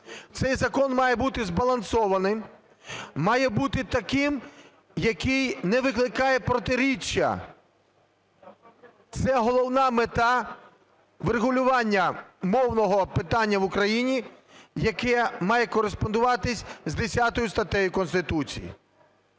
Цей закон має бути збалансованим, має бути таким, який не викликає протиріччя. Це – головна мета – врегулювання мовного питання в Україні, яке має кореспондуватися з 10 статтею Конституції.